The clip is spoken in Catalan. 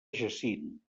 jacint